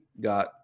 got